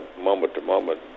moment-to-moment